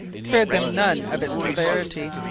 spared them none of its severity.